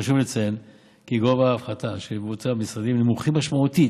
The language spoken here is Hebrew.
חשוב לציין כי גובה ההפחתות שיבוצעו במשרדים נמוך משמעותית